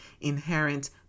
inherent